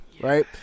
right